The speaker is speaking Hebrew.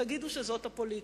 תגידו שזאת הפוליטיקה.